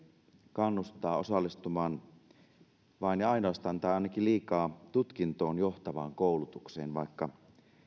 kannustaa osallistumaan vain ja ainoastaan tai ainakin liikaa tutkintoon johtavaan koulutukseen vaikka